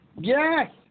Yes